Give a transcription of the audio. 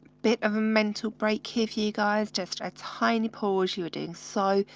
bit of a mental break here for you guys, just a tiny pause. you are doing so,